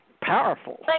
powerful